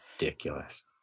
ridiculous